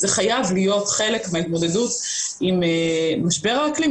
זה חייב להיות חלק מההתמודדות עם משבר האקלים,